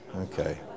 Okay